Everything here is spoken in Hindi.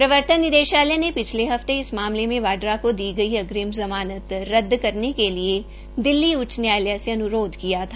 प्रवर्तन निदेशालय ने पिछले हफ्ते इस मामले मे वाड्रा को दी गई अग्रिम ज़मानत रद्द करने के लिये दिल्ली उच्च न्यायालय से अन्रोध किया था